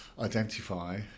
identify